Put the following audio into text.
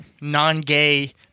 non-gay